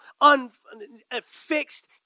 unfixed